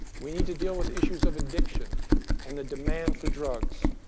we need to deal with issues of addiction and the demand for drugs,